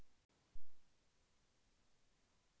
అసలు పొలంలో ఎరువులను వాడవచ్చా?